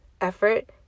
effort